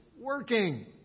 working